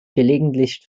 gelegentlich